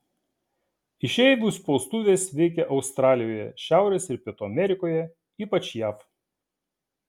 išeivių spaustuvės veikė australijoje šiaurės ir pietų amerikoje ypač jav